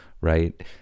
right